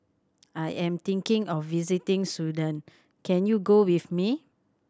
I am thinking of visiting Sudan can you go with me